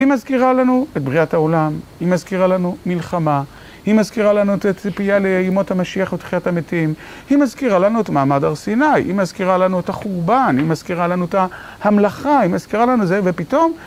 היא מזכירה לנו את בריאת העולם, היא מזכירה לנו מלחמה, היא מזכירה לנו את צפייה לימות המשיח ותחיית המתים, היא מזכירה לנו את מעמד הר סיני, היא מזכירה לנו את החורבן, היא מזכירה לנו את המלאכה, היא מזכירה לנו זה, ופתאום...